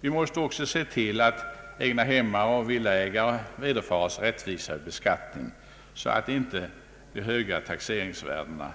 Vi måste också se till att egnahemsägare och villaägare vederfares en rättvisare beskattning så att inte de höga taxeringsvärdena